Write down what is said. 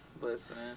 listen